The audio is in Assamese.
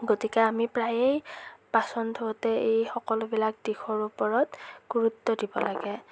গতিকে আমি প্ৰায়েই বাচন ধোওঁতে এই সকলোবিলাক দিশৰ ওপৰত গুৰুত্ব দিব লাগে